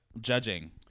judging